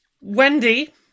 Wendy